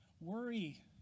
Worry